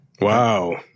Wow